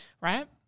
right